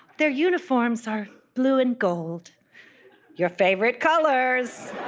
their uniforms are blue and gold your favorite colors